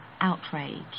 outrage